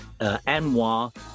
Anwar